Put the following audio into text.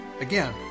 Again